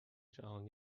جهان